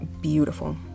beautiful